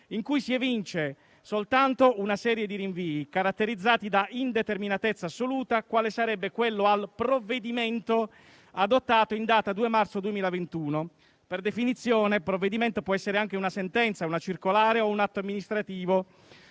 in cui si evince soltanto una serie di rinvii, caratterizzati da indeterminatezza assoluta, quale sarebbe quello al "provvedimento" adottato in data 02 Marzo 2021 (per definizione, "provvedimento" può essere anche una sentenza, una circolare o un atto amministrativo,